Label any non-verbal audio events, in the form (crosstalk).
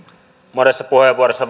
monessa puheenvuorossa (unintelligible)